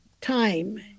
time